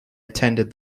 attended